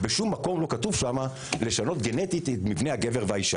בשום מקום לא כתוב שם לשנות גנטית את מבנה הגבר והאישה.